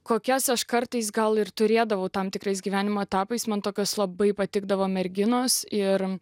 kokias aš kartais gal ir turėdavau tam tikrais gyvenimo etapais man tokios labai patikdavo merginos ir